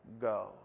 go